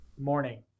morning